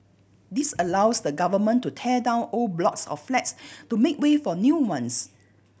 this allows the Government to tear down old blocks of flats to make way for new ones